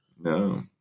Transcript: No